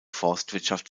forstwirtschaft